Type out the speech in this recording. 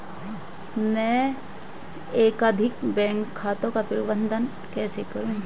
मैं एकाधिक बैंक खातों का प्रबंधन कैसे करूँ?